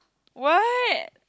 what